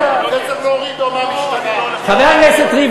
חבר הכנסת,